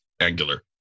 Angular